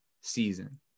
season